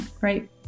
right